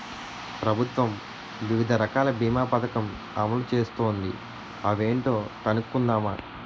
ప్రభుత్వం వివిధ రకాల బీమా పదకం అమలు చేస్తోంది అవేంటో కనుక్కుందామా?